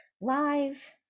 live